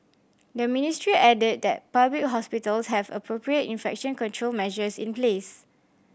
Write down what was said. the ministry added that public hospitals have appropriate infection control measures in place